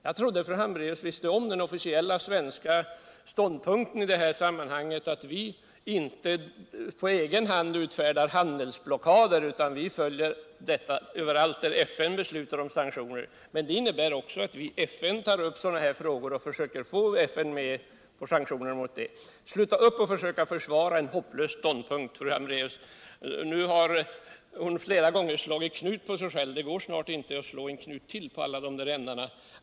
Jag trodde fru Hambraeus kände till den officiella svenska ståndpunkten i det här sammanhanget, att vi inte på egen hand utfärdar handelsblockader utan följer FN:s beslut i fråga om sanktioner. Det innebär också att vi i FN tar upp sådana här frågor och försöker få FN med på våra förslag om sanktioner. Sluta upp att försöka försvara en hopplös ståndpunkt, fru Hambracus! Fru vecklingsbanken Hambraeus har nu flera gånger slagit knut på sig själv. Det går snart inte att slå en knut till på alla de här ändarna.